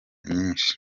inshyi